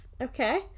Okay